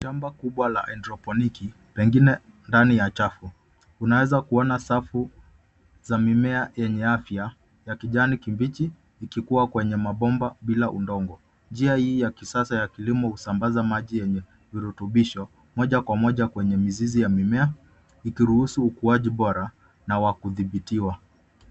Shamba kubwa la haidroponiki, pengine ndani ya chafu, unaweza kuona safu za mimea zenye afya, za kijani kibichi ikikua kwenye mabomba bila udongo. Njia hii ya kisasa ya kilimo husambaza maji ya virutubisho moja kwa moja kwenye mizizi ya mimea ikiruhusu ukuaji bora na wa kudhibitiwa.